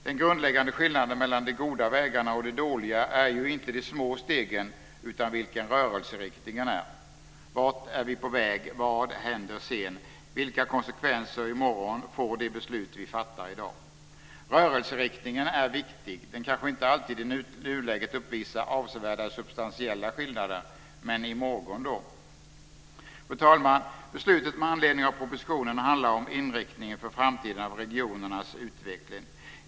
Den grundläggande skillnaden mellan de goda vägarna och de dåliga är ju inte de små stegen utan vilken rörelseriktningen är. Vart är vi på väg? Vad händer sedan? Vilka konsekvenser i morgon får de beslut vi fattar i dag? Rörelseriktningen är viktig. Den kanske inte alltid i nuläget uppvisar avsevärda substantiella skillnader - men i morgon då? Fru talman! Beslutet med anledning av propositionen handlar om inriktning för framtiden av regionernas utveckling.